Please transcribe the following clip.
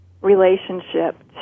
relationship